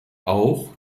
auch